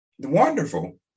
Wonderful